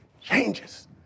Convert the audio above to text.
changes